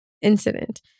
incident